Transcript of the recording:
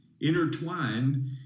intertwined